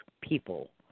people